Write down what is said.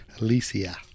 Alicia